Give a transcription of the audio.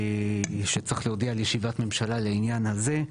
שצריך להודיע על ישיבת ממשלה לעניין הזה,